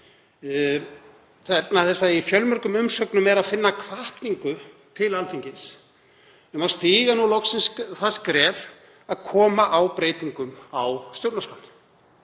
þess að í fjölmörgum umsögnum er að finna hvatningu til Alþingis um að stíga nú loksins það skref að koma á breytingum á stjórnarskránni.